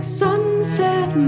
sunset